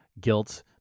guilt